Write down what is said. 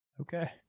Okay